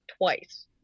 twice